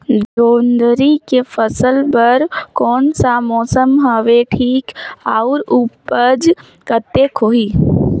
जोंदरी के फसल बर कोन सा मौसम हवे ठीक हे अउर ऊपज कतेक होही?